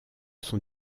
son